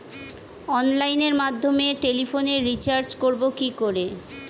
অনলাইনের মাধ্যমে টেলিফোনে রিচার্জ করব কি করে?